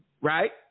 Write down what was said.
right